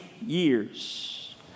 years